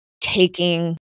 taking